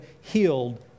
healed